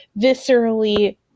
viscerally